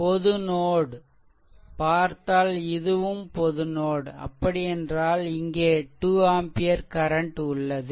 பொது நோட் பார்த்தால் இதுவும் பொது நோட் அப்படியென்றால் இங்கே 2 ஆம்பியர் கரண்ட் உள்ளது